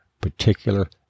particular